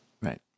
Right